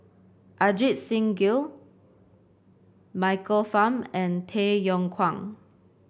Ajit Singh Gill Michael Fam and Tay Yong Kwang